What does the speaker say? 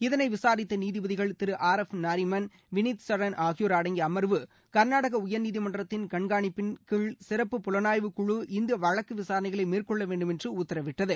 இதனை விசாரித்த நீதிபதிகள் திரு ஆர் எஃப் நாரிமன் வினீத் சரண் ஆகியோர் அடங்கிய அமர்வு கர்நாடக உயர்நீதிமன்றத்தின் கண்காணிப்பின் கீழ் சிறப்பு புலனாய்வுக்குழு இந்த வழக்கு விசாரணைகளை மேற்கொள்ள வேண்டும் என்று உத்தரவிட்டது